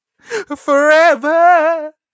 Forever